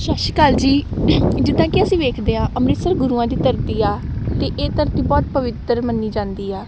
ਸਤਿ ਸ਼੍ਰੀ ਅਕਾਲ ਜੀ ਜਿੱਦਾਂ ਕਿ ਅਸੀਂ ਵੇਖਦੇ ਹਾਂ ਅੰਮ੍ਰਿਤਸਰ ਗੁਰੂਆਂ ਦੀ ਧਰਤੀ ਆ ਅਤੇ ਇਹ ਧਰਤੀ ਬਹੁਤ ਪਵਿੱਤਰ ਮੰਨੀ ਜਾਂਦੀ ਆ